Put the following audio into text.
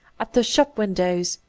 at the shop-windows,